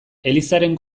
elizaren